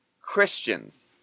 Christians